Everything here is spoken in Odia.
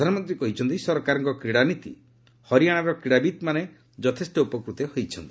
ପ୍ରଧାନମନ୍ତ୍ରୀ କହିଛନ୍ତି ସରକାରଙ୍କ କ୍ରୀଡ଼ାନୀତି ହରିଆଣାର କ୍ରୀଡ଼ାବିତ୍ମାନେ ଯଥେଷ୍ଟ ଉପକୃତ ହୋଇଛନ୍ତି